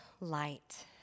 light